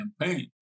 campaign